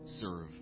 serve